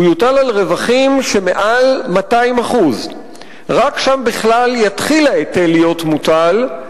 הוא יוטל על רווחים שמעל 200%. רק שם בכלל יתחיל ההיטל להיות מוטל,